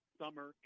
summer